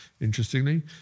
interestingly